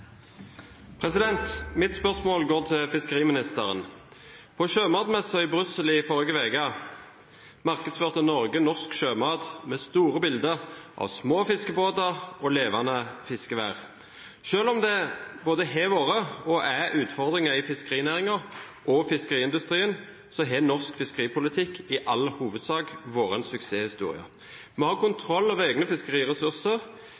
fiskeriministeren. På sjømatmessen i Brussel i forrige uke markedsførte Norge norsk sjømat med store bilder av små fiskebåter og levende fiskevær. Selv om det både har vært og er utfordringer i fiskerinæringen og fiskeindustrien, har norsk fiskeripolitikk i all hovedsak vært en suksesshistorie. Vi har kontroll over egne fiskeriressurser,